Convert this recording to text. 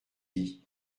dit